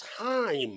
time